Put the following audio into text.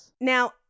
Now